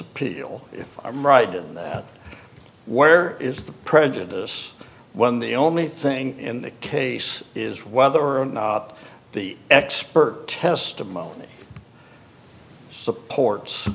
appeal i'm right in that where is the prejudice when the only thing in the case is whether or not the expert testimony supports